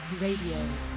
Radio